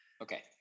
Okay